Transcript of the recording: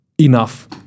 enough